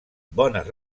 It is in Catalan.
bones